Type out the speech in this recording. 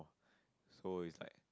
so it's like